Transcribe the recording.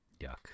Yuck